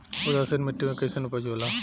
उदासीन मिट्टी में कईसन उपज होला?